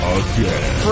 again